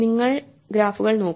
നിങ്ങൾ ഗ്രാഫുകൾ നോക്കൂ